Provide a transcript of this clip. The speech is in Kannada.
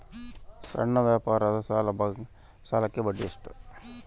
ಸಣ್ಣ ವ್ಯಾಪಾರದ ಸಾಲಕ್ಕೆ ಬಡ್ಡಿ ಎಷ್ಟು?